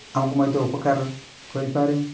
ଆମକୁ ମଧ୍ୟ ଉପକାର କରିପାରେ